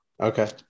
Okay